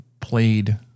played